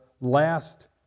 last